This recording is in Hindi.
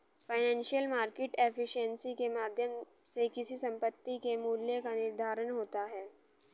फाइनेंशियल मार्केट एफिशिएंसी के माध्यम से किसी संपत्ति के मूल्य का निर्धारण होता है